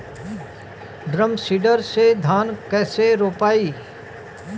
Drum seeder से धान कैसे रोपाई?